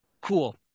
cool